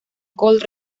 gold